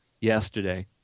yesterday